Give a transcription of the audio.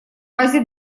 базе